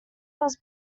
was